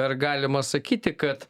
ar galima sakyti kad